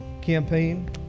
campaign